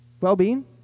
well-being